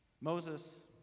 Moses